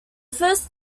first